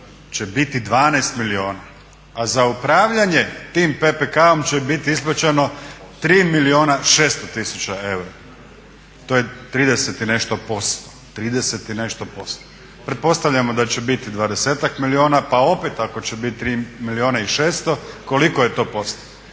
će biti 12 milijuna, a za upravljanje tim PPK-om će biti isplaćeno 3 milijuna i 600 tisuća eura. To je 30 i nešto posto. Pretpostavljamo da će biti 20-ak milijuna pa opet ako će biti 3 milijuna i 600 koliko je to posto?